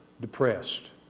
depressed